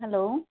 hello